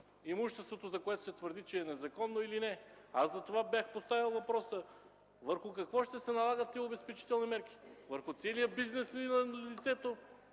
имуществото, което се твърди, че е незаконно или не. Затова бях поставил въпроса: върху какво ще се налагат тези обезпечителни мерки? Върху целия бизнес на лицето